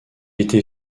était